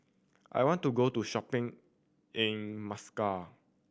I want to go to shopping in Muscat